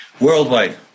Worldwide